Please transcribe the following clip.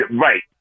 Right